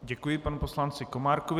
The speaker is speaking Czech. Děkuji panu poslanci Komárkovi.